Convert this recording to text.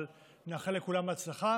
אבל נאחל לכולם הצלחה.